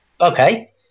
Okay